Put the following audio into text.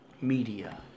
media